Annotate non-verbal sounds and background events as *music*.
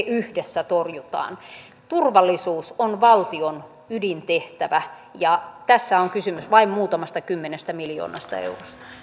*unintelligible* yhdessä torjutaan turvallisuus on valtion ydintehtävä ja tässä on kysymys vain muutamasta kymmenestä miljoonasta eurosta